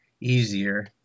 easier